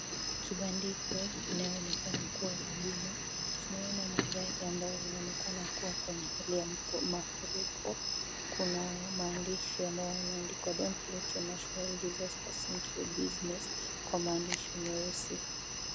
Kibandiko inayoonekana kuwa ya bima. Tunaona magari ambayo yanaonekana kuwa kwenye hali ya mafuriko. Kuna maandishi ambayo yameandikwa, Don't let a natural disaster sink your business kwa maandishi meusi.